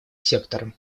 сектором